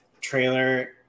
trailer